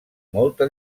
molta